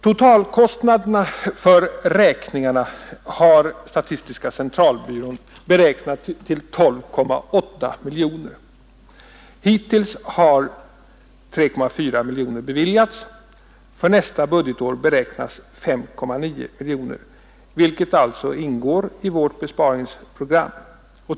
Totalkostnaderna för företagsräkningen har statistiska centralbyrån beräknat till 12,8 miljoner kronor. Hittills har 3,4 miljoner beviljats. För nästa budgetår beräknas 5,9 miljoner, vilket alltså ingår i vårt besparingsprogram.